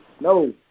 No